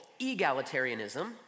egalitarianism